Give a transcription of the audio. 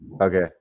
Okay